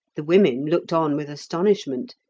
the women looked on with astonishment,